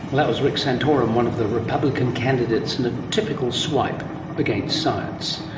that was rick santorum, one of the republican candidates in a typical swipe against science.